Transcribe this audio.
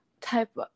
type